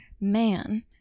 man